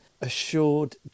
assured